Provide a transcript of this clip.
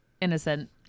innocent